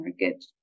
market